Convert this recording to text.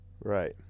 Right